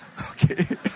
Okay